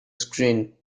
screen